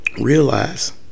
realize